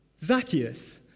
Zacchaeus